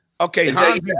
Okay